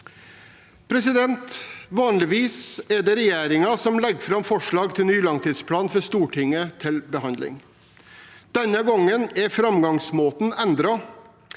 Vanligvis er det regjeringen som legger fram forslag til ny langtidsplan for Stortinget til behandling. Denne gangen er framgangsmåten endret,